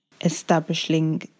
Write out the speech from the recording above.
establishing